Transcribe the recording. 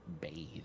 bathe